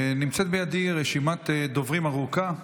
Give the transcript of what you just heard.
נמצאת בידי רשימת דוברים ארוכה.